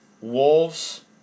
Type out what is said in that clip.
Wolves